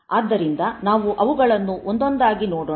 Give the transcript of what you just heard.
ಆದ್ದರಿಂದ ನಾವು ಅವುಗಳನ್ನು ಒಂದೊಂದಾಗಿ ನೋಡೋಣ